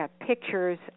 pictures